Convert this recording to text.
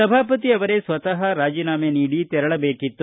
ಸಭಾಪತಿ ಅವರೇ ಸ್ವತಃ ರಾಜೀನಾಮೆ ನೀಡಿ ತೆರಳಬೇಕಿತ್ತು